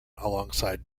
alongside